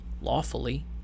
lawfully